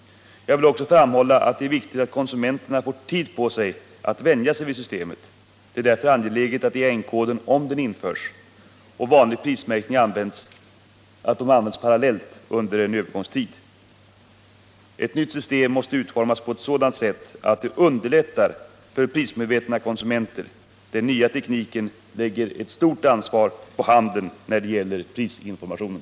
Jag vill också framhålla att det är viktigt att konsumenterna får tid på sig att vänja sig vid systemet. Det är därför angeläget att EAN-koden, om den införs, under en övergångstid används parallellt med vanlig prismärkning. Ett nytt system måste utformas på ett sådant sätt att det underlättar för prismedvetna konsumenter. Den nya tekniken lägger ett stort ansvar på handeln när det gäller prisinformationen.